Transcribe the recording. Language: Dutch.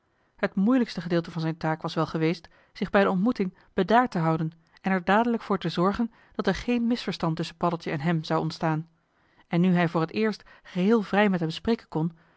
het moeilijkste gedeelte van zijn taak was wel geweest zich bij de ontmoeting bedaard te houden en er dadelijk voor te zorgen dat er geen misverstand tusschen paddeltje en hem zou ontstaan en nu hij voor het eerst geheel vrij met hem spreken kon